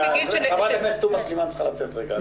תומא סלימאן צריכה לצאת רגע.